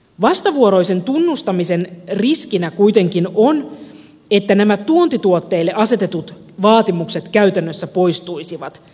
vastavuoroisen tunnustamisen riskinä kuitenkin on että nämä tuontituotteille asetetut vaatimukset käytännössä poistuisivat